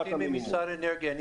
אני עורך-דין ממשרד האנרגיה,